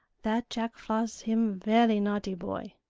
that jack floss him ve'y naughty boy!